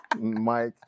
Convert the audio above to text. Mike